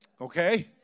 Okay